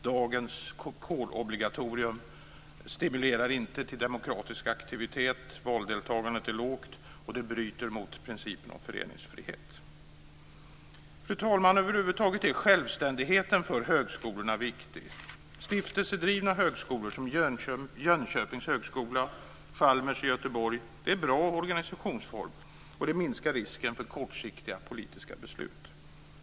Dagens kårobligatorium stimulerar inte till demokratisk aktivitet. Valdeltagandet är lågt och det bryter mot principen om föreningsfrihet. Fru talman! Över huvud taget är självständigheten för högskolorna viktig. Stiftelsedrivna högskolor som Jönköpings högskola och Chalmers i Göteborg är en bra organisationsform och minskar risken för kortsiktiga politiska beslut.